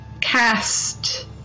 cast